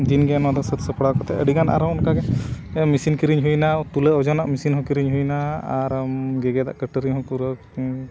ᱫᱤᱱ ᱜᱮ ᱱᱚᱣᱟ ᱫᱚ ᱥᱟᱹᱛ ᱥᱟᱯᱲᱟᱣ ᱠᱟᱛᱮᱫ ᱟᱹᱰᱤ ᱜᱟᱱ ᱟᱨᱦᱚᱸ ᱚᱱᱠᱟ ᱜᱮ ᱢᱮᱥᱤᱱ ᱠᱤᱨᱤᱧ ᱦᱩᱭᱮᱱᱟ ᱛᱩᱞᱟᱹᱣ ᱚᱡᱚᱱᱟᱜ ᱢᱮᱥᱤᱱ ᱦᱚᱸ ᱠᱤᱨᱤᱧ ᱦᱩᱭᱱᱟ ᱟᱨ ᱜᱮᱜᱮᱫᱟᱜ ᱠᱟᱹᱴᱟᱹᱨᱤ ᱦᱚᱸ